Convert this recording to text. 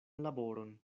laboron